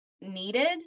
needed